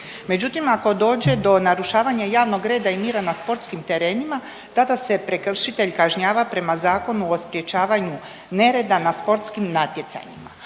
Međutim ako dođe do narušavanja javnog reda i mira na sportskim terenima tada se prekršitelj kažnjava prema Zakonu o sprječavanju nereda na sportskim natjecanjima.